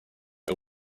are